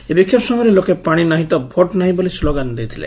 ଏହି ବିକ୍ଷୋଭ ସମୟରେ ଲୋକେ ପାଶି ନାହିଁ ତ ଭୋଟ୍ ନାହିଁ ବୋଲି ସ୍ଲୋଗାନ ଦେଇଥିଲେ